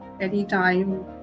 anytime